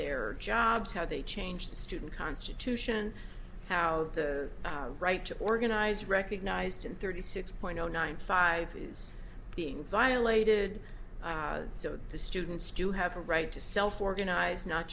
their jobs how they change the student constitution how the right to organize recognized in thirty six point zero nine five is being violated so the students do have a right to self organize not